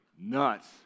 nuts